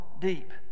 deep